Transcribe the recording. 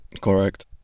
Correct